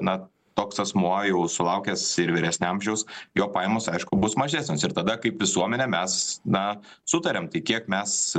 na toks asmuo jau sulaukęs ir vyresnio amžiaus jo pajamos aišku bus mažesnės ir tada kaip visuomenė mes na sutariam tai kiek mes